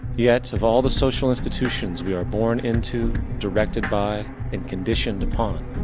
yet, of all the social institutions, we are born into, directed by and conditioned upon,